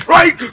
Right